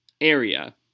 area